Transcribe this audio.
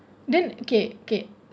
then okay okay